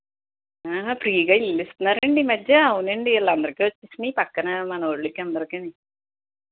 ఫ్రీగా ఇల్లు ఇస్తున్నారండి ఈ మధ్య అవునండి వీళ్ళందరికీ వచ్చినాయి పక్కన మనోళ్ళకి అందరికిని